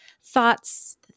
thoughts